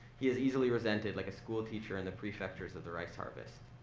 he is easily resented like a schoolteacher in the prefectures of the rice harvest.